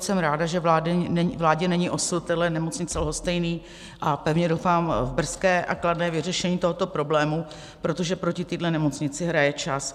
Jsem ráda, že vládě není osud téhle nemocnice lhostejný, a pevně doufám v brzké a kladné vyřešení tohoto problému, protože proti téhle nemocnici hraje čas.